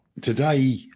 Today